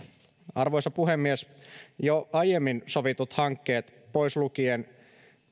arvoisa puhemies jo aiemmin sovitut hankkeet pois lukien